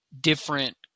different